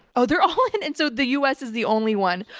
oh, they're all in? and so the u. s. is the only one.